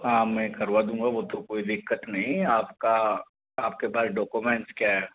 हाँ मैं करवा दूँगा वो तो कोई दिक्कत नहीं है आपका आपके पास डॉक्यूमेंट्स क्या है